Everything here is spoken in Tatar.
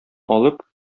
алып